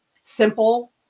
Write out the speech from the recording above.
simple